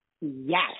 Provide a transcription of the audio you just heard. Yes